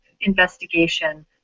investigation